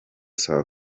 saa